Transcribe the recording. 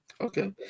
Okay